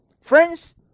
Friends